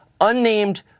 Unnamed